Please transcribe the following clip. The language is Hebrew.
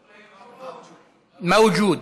מווג'וד,